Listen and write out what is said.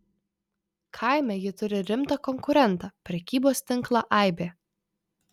kaime ji turi rimtą konkurentą prekybos tinklą aibė